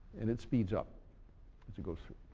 and it speeds up as it goes through.